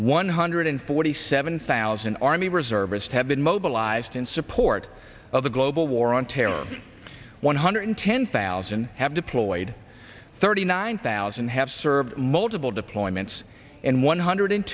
one hundred forty seven thousand army reservists have been mobilized in support of the global war on terror one hundred ten thousand have deployed thirty nine thousand have served multiple deployments and one hundred